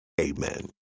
amen